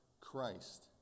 Christ